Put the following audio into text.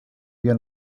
vio